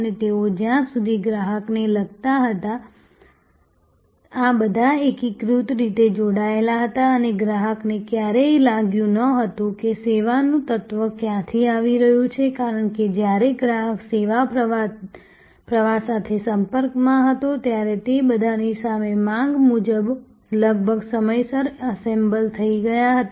અને તેઓ જ્યાં સુધી ગ્રાહકને લગતા હતા આ બધા એકીકૃત રીતે જોડાયેલા હતા અને ગ્રાહકને ક્યારેય લાગ્યું ન હતું કે સેવાનું તત્વ ક્યાંથી આવી રહ્યું છે કારણ કે જ્યારે ગ્રાહક સેવા પ્રવાહ સાથે સંપર્કમાં હતો ત્યારે તે બધાની સામે માંગ મુજબ લગભગ સમયસર એસેમ્બલ થઈ ગયા હતા